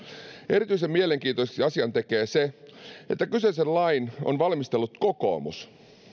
erityisen mielenkiintoiseksi asian tekee se että kyseisen lain on valmistellut kokoomus